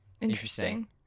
Interesting